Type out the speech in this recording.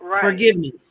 forgiveness